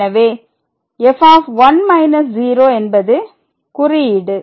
எனவே f என்பது குறியீடு